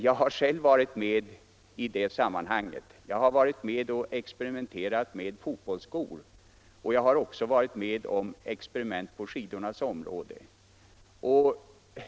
Jag har själv varit med i det sammanhanget och experimenterat med fotbollsskor och skidor.